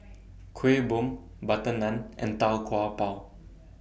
Kuih Bom Butter Naan and Tau Kwa Pau